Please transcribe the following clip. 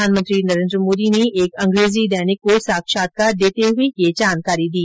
प्रधानमंत्री नरेन्द्र मोदी ने एक अंग्रेजी दैनिक को साक्षात्कार देते हुए यह जानकारी दी